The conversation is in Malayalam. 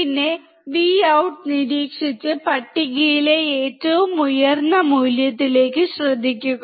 പിന്നെ Vout നിരീക്ഷിച്ച് പട്ടികയിലെ ഏറ്റവും ഉയർന്ന മൂല്യത്തിലേക്ക് ശ്രദ്ധിക്കുക